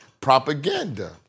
Propaganda